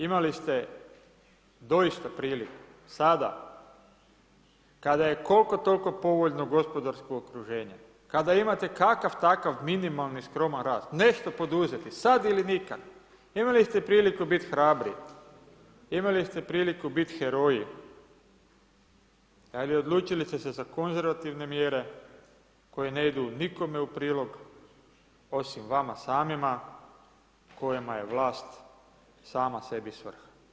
Imali ste doista priliku sada, kada je koliko toliko povoljno gospodarsko okruženje, kada imate kakav takav minimalni skroman rast, nešto poduzeti, sad ili nikad, imali ste priliku biti hrabri, imali ste priliku biti heroji, ali odlučili ste se za konzervativne mjere koje ne idu nikome u prilog osim vama samima kojima je vlast sama sebi svrha.